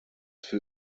für